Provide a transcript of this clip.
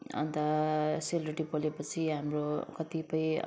अन्त सेलरोटी पोलेपछि हाम्रो कतिपय